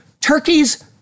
Turkey's